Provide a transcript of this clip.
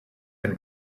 have